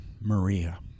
Maria